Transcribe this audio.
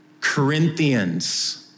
Corinthians